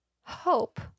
Hope